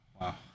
Wow